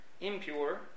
impure